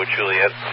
Juliet